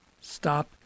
stop